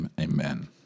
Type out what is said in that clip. Amen